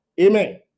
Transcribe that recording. Amen